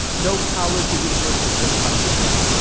no college or university has found it yet.